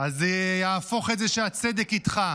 זה יהפוך את זה שהצדק איתך.